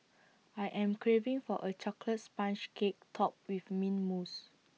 I am craving for A Chocolate Sponge Cake Topped with Mint Mousse